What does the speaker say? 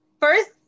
first